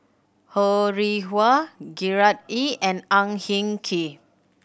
Ho Rih Hwa Gerard Ee and Ang Hin Kee